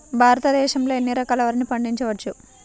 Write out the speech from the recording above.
భారతదేశంలో ఎన్ని రకాల వరిని పండించవచ్చు